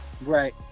Right